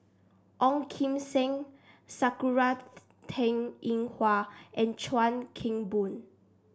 Ong Kim Seng Sakura Teng Ying Hua and Chuan Keng Boon